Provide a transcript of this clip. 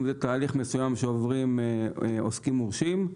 אם זה תהליך מסוים שעוברים עוסקים מורשים,